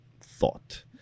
thought